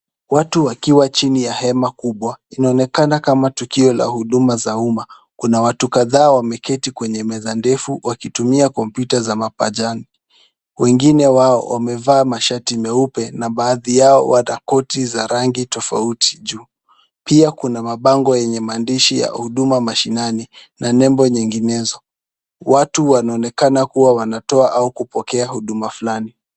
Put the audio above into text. Watu wakiwa chini ya hema kubwa. Inaonekana kama tukio la huduma za umma. Kuna watu kadhaa wameketi kwenye meza ndefu wakitumia kompyuta za mapajani. Wengine wao wamevaa mashati meupe na baadhi yao wana koti za rangi tofauti juu. Pia kuna mabango yenye maandishi ya huduma mashinani na nembo nyinginezo. Watu wanaonekana kuwa wanatoa au kupokea huduma fulani.